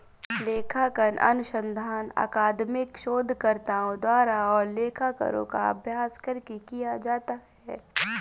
लेखांकन अनुसंधान अकादमिक शोधकर्ताओं द्वारा और लेखाकारों का अभ्यास करके किया जाता है